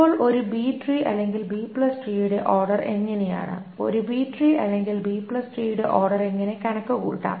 ഇപ്പോൾ ഒരു B tree അല്ലെങ്കിൽ ബി ട്രീയുടെ B tree ഓർഡർ എങ്ങനെയാണ് ഒരു ബി ട്രീ അല്ലെങ്കിൽ ബി ട്രീയുടെ B tree ഓർഡർ എങ്ങനെ കണക്കുകൂട്ടാം